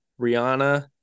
Rihanna